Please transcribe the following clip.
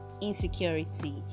insecurity